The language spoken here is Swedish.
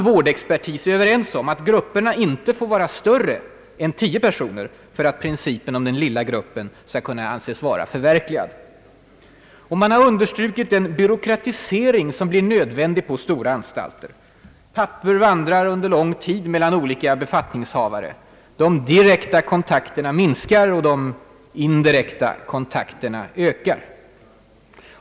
Vårdexpertisen är överens om att grupperna inte får vara större än 10 personer för att principen om den lilla gruppen skall anses vara förverkligad. Man har understrukit den byråkratisering som blir nödvändig på stora anstalter. Papper vandrar under lång tid mellan olika befattningshavare. De di rekta kontakterna minskar och de indirekta kontakterna ökar.